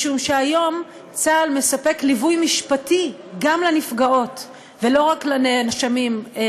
משום שהיום צה"ל מספק ליווי משפטי גם לנפגעות ולא רק לחשודים,